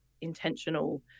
intentional